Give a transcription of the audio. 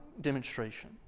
demonstration